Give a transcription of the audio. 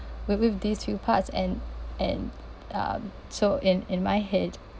with with these two parts and and uh so in in my head